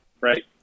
right